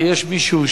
24,